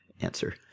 answer